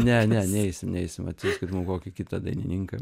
ne ne neisim neisim atsiųskit mum kokį kitą dainininką